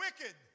wicked